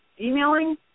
emailing